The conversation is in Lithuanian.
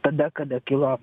tada kada kilo